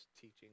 teaching